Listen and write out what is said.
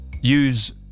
use